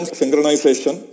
synchronization